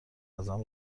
ازم